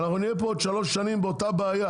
ואנחנו נהיה פה בעוד שלוש שנים עם אותה בעיה,